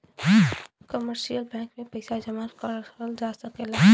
commercial bank में पइसा जमा करल जा सकला